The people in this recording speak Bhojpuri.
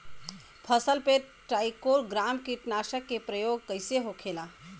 फसल पे ट्राइको ग्राम कीटनाशक के प्रयोग कइसे होखेला?